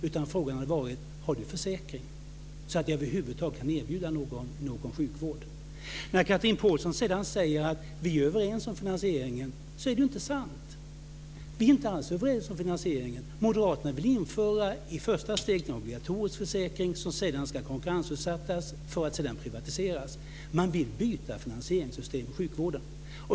Utan frågan hade varit: Har du försäkring, så att jag över huvud taget kan erbjuda någon sjukvård? Chatrine Pålsson säger sedan att vi är överens om finansieringen. Det är inte sant. Vi är inte alls överens om finansieringen. Moderaterna vill i första steget införa en obligatorisk försäkring som sedan ska konkurrensutsättas för att sedan privatiseras. Man vill byta finansieringssystem i sjukvården.